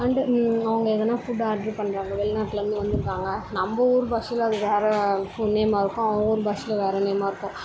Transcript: and அவங்க எதனால் food order பண்ணுறாங்க வெளிநாட்டில இருந்து வந்திருக்காங்க நம்ம ஊர் பாஷையில் அது வேற ஒரு நேமாக இருக்கும் அவங்க ஊர் பாஷையில் வேற நேமாக இருக்கும்